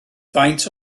faint